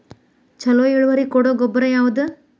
ಛಲೋ ಇಳುವರಿ ಕೊಡೊ ಗೊಬ್ಬರ ಯಾವ್ದ್?